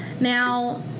Now